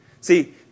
See